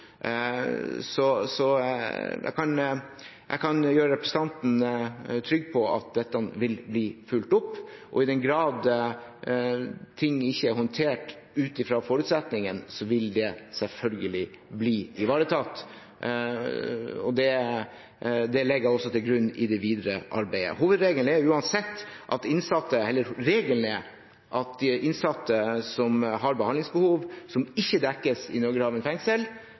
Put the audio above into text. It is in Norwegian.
Jeg kan gjøre representanten trygg på at dette vil bli fulgt opp, og i den grad ting ikke er håndtert ut fra forutsetningene, vil det selvfølgelig bli ivaretatt. Det legger jeg til grunn i det videre arbeidet. Regelen er at innsatte som har behandlingsbehov som ikke dekkes i Norgerhaven fengsel,